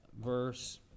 verse